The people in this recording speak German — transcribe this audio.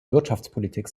wirtschaftspolitik